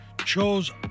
chose